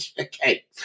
Okay